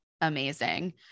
amazing